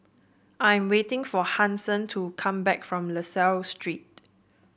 I'm waiting for Hanson to come back from La Salle Street